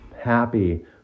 happy